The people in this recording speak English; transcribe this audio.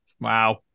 wow